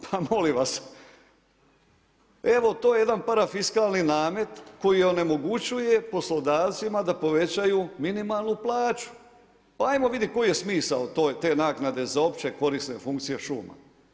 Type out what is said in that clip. Pa molim vas, evo to je jedan parafiskalni namet koji onemogućuje poslodavcima da povećaju minimalnu plaću, pa hajmo vidit koji je smisao te naknade za opće korisne funkcije šuma.